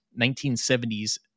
1970s